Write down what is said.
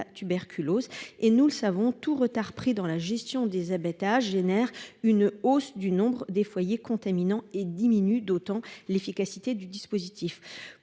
et nous le savons tous retard pris dans la gestion des abattages génère une hausse du nombre des foyers contaminant et diminue d'autant. L'efficacité du dispositif.